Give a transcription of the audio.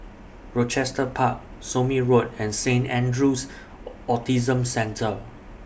Rochester Park Somme Road and Saint Andrew's Autism Centre